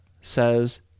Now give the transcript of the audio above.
says